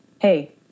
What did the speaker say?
Hey